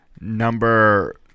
Number